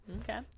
Okay